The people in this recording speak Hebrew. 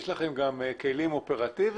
יש לכם גם כלים אופרטיביים?